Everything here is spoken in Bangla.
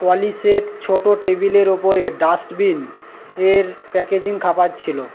পলিসেট ছোট টেবিলের ওপরের ডাস্টবিন এর প্যাকেজিং খারাপ ছিল